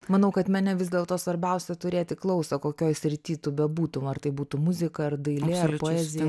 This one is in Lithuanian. manau kad mene vis dėlto svarbiausia turėti klausą kokioj srity tu bebūtum ar tai būtų muzika ar dailė ar poezija